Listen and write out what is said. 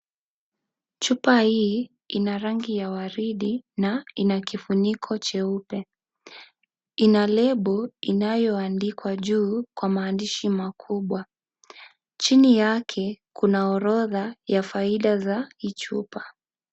Chupa hii, ina rangi ya waridi, na, ina kifuniko cheupe, ina lebo inayoandikwa juu kwa maandishi makubwa, chini yake, kuna orodha, ya faida za, hii chupa.